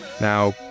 Now